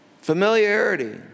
Familiarity